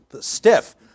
stiff